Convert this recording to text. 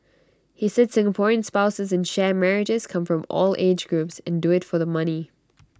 he said Singaporean spouses in sham marriages come from all age groups and do IT for the money